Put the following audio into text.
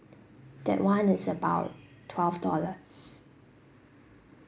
that [one] is about twelve dollars